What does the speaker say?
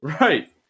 Right